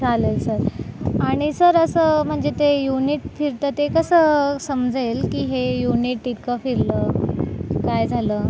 चालेल सर आणि सर असं म्हणजे ते युनिट फिरतं ते कसं समजेल की हे युनिट इतकं फिरलं काय झालं